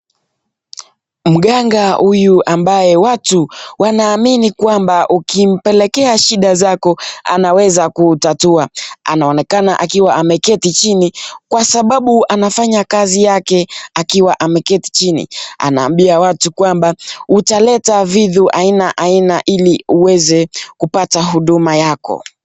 Mganga huyu ambaye watu wanaamini kwamba ukimpelekea shida zako anaweza kutatua. Anaonekana akiwa ameketi chini kwa sababu anafanya kazi yake akiwa ameketi chini. Anaambia watu kwamba utaleta vitu aina aina ili uweze kupata huduma yako.